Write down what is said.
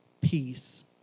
peace